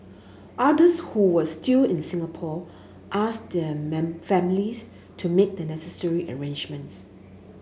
others who were still in Singapore asked their men families to make the necessary arrangements